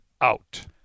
out